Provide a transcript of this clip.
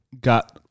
got